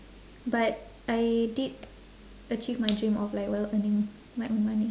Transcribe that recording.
but I did achieve my dream of like well earning my own money